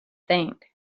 think